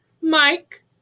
Mike